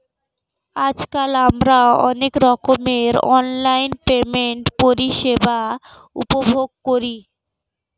আজকাল আমরা অনেক রকমের অনলাইন পেমেন্ট পরিষেবা উপভোগ করি